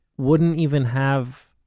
wouldn't even have,